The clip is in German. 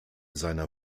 seiner